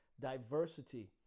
diversity